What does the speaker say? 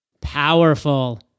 Powerful